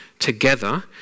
together